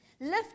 Lift